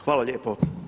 Hvala lijepo.